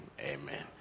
amen